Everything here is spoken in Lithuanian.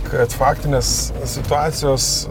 kad faktinės situacijos